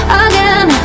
again